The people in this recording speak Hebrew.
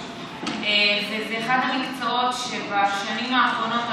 וזה אחד המקצועות שבשנים האחרונות,